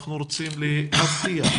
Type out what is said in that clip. אנחנו רוצים להבטיח,